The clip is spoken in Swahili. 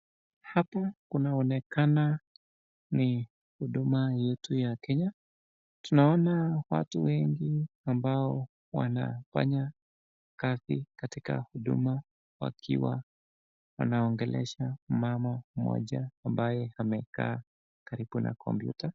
Hapo kunaonekana ni Huduma yetu ya Kenya. Tunaona watu wengi ambao wanafanya kazi katika huduma wakiwa wanaongelesha mama mmoja ambaye amekaa karibu na kompyuta.